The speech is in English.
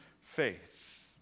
faith